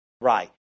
right